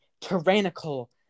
tyrannical